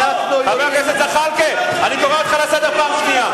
חבר הכנסת זחאלקה, אני קורא אותך לסדר פעם שנייה.